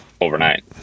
overnight